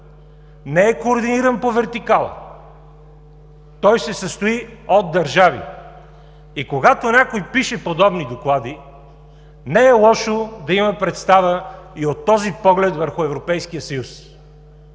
не е координиран по вертикала, той се състои от държави. Когато някой пише подобни доклади, не е лошо да има представа и от този поглед върху Европейския съюз.